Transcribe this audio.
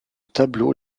tableau